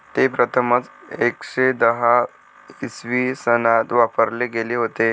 ते प्रथमच एकशे दहा इसवी सनात वापरले गेले होते